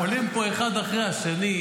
עולים פה אחד אחרי השני,